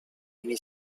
mini